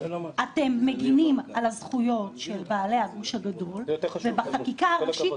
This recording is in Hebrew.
אתם מגנים על הזכויות של בעלי הגוש הגדול ובחקיקה הראשית